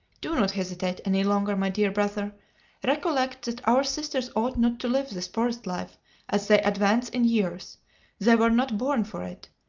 do not hesitate any longer, my dear brother recollect that our sisters ought not to live this forest life as they advance in years they were not born for it,